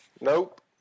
Nope